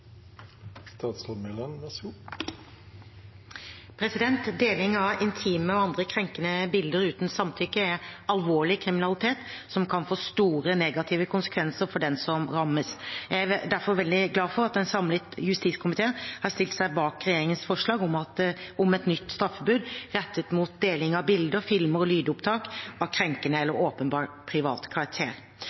alvorlig kriminalitet som kan få store negative konsekvenser for den som rammes. Jeg er derfor veldig glad for at en samlet justiskomité har stilt seg bak regjeringens forslag om et nytt straffebud rettet mot deling av bilder, filmer og lydopptak av krenkende eller åpenbart privat karakter.